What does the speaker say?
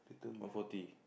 one forty